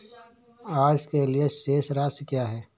आज के लिए शेष राशि क्या है?